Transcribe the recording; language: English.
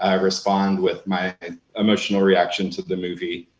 and respond with my emotional reaction to the movie,